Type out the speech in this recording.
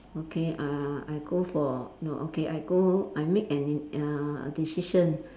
okay uh I go for no okay I go I make an uh a decision